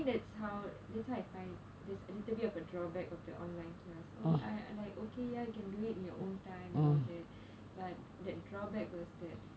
that's how that's how I find there's a little bit of a drawback of the online class oh I I'm like okay ya you can do it in your own time and all but the drawback was that